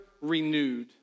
Renewed